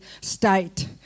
state